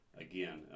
again